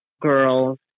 girls